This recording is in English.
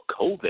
COVID